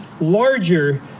larger